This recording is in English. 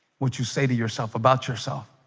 would you say to yourself about yourself?